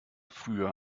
früher